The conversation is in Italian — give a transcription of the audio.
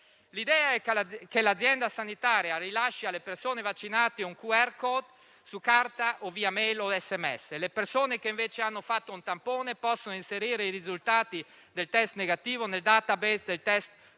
L'idea è che l'azienda sanitaria rilasci alle persone vaccinate un QR *code* su carta o via *e-mail* o SMS. Le persone che invece hanno fatto un tampone possono inserire i risultati del test negativo nel *database* dei test Covid